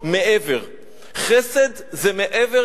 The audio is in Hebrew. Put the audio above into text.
ומישהו אחר צריך לעשות את זה במקומי,